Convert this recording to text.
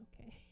okay